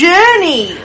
Journey